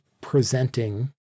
presenting